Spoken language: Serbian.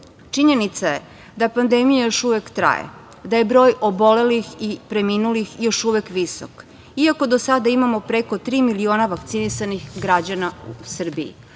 godine. Činjenica je da pandemija još uvek traje, da je broj obolelih i preminulih još uvek visok, iako do sada imamo preko tri miliona vakcinisanih građana u Srbiji,